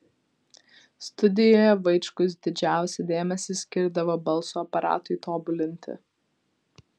studijoje vaičkus didžiausią dėmesį skirdavo balso aparatui tobulinti